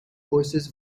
oasis